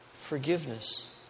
forgiveness